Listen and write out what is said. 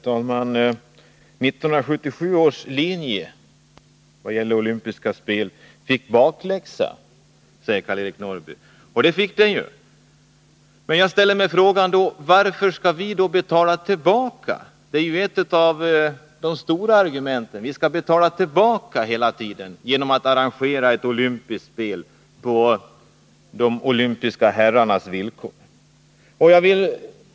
Herr talman! 1977 års linje i vad gäller olympiska spel fick bakläxa, säger Karl-Eric Norrby. Och det fick den. Men jag ställer mig frågan: Varför skall vi betala tillbaka? Ett av de stora argumenten är att vi skall betala tillbaka genom att arrangera ett olympiskt spel på de olympiska herrarnas villkor.